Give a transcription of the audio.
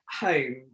home